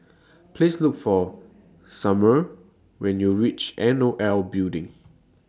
Please Look For Sumner when YOU REACH N O L Building